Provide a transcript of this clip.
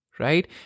right